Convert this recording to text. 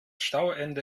stauende